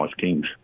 kings